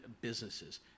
businesses